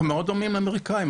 אנחנו מאוד דומים לאמריקאים,